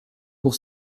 pour